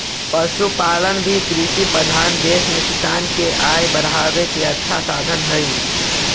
पशुपालन भी कृषिप्रधान देश में किसान के आय बढ़ावे के अच्छा साधन हइ